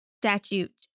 statute